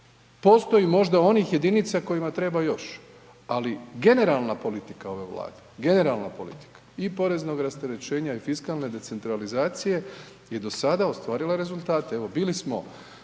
Postoji možda onih jedinica kojima treba još, ali generalna politika ove Vlade, generalne politika i poreznog rasterećenja i fiskalne decentralizacije je do sada ostvarila rezultate. Evo bili smo